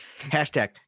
Hashtag